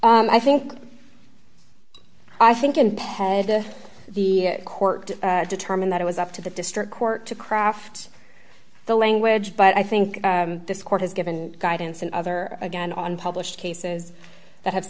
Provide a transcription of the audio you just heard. i think i think and head to the court to determine that it was up to the district court to craft the language but i think this court has given guidance and other again on published cases that have